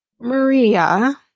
Maria